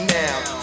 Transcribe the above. now